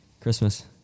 Christmas